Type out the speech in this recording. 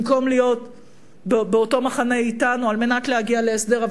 במקום להיות באותו מחנה אתנו על מנת להגיע להסדר,